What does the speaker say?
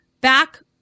back